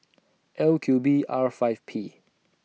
L Q B R five P